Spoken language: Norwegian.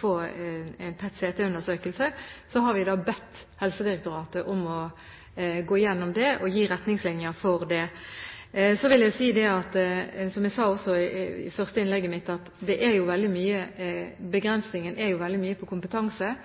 få en PET-CT-undersøkelse, har vi bedt Helsedirektoratet om å gå gjennom det og gi retningslinjer for det. Så vil jeg si – som jeg sa også i det første innlegget mitt – at begrensningen er veldig mye på kompetanse. Den må økes, og her er